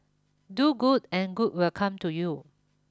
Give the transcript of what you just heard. do good and good will come to you